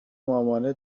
مامان